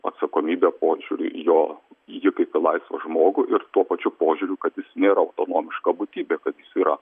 atsakomybe požiūriu jo į jį kaip į laisvą žmogų ir tuo pačiu požiūriu kad jis nėra autonomiška būtybė kad jis yra